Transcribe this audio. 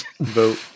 Vote